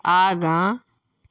आगाँ